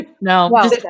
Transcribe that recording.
no